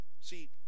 See